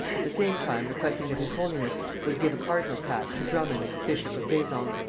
at the same time requesting that his holiness would give a cardinal's hat to drummond bishop of vaison.